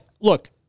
look –